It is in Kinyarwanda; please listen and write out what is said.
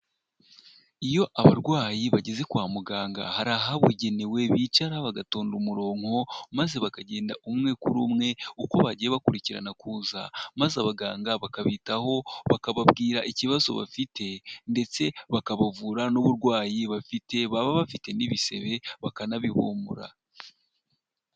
Iyo abarwayi bageze kwa muganga hari ahabugenewe bicara bagatonda umurongo, maze bakagenda umwe kuri umwe uko bagiye bakurikirana kuza, maze abaganga bakabitaho bakababwira ikibazo bafite, ndetse bakabuvura n'uburwayi bafite, baba bafite n'ibisebe bakanabibomora.